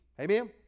amen